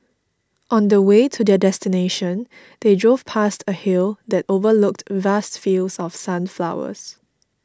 on the way to their destination they drove past a hill that overlooked vast fields of sunflowers